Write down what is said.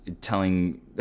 telling